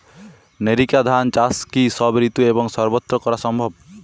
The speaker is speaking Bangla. নেরিকা ধান চাষ কি সব ঋতু এবং সবত্র করা সম্ভব?